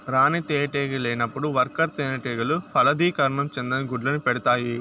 రాణి తేనెటీగ లేనప్పుడు వర్కర్ తేనెటీగలు ఫలదీకరణం చెందని గుడ్లను పెడుతాయి